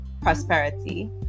prosperity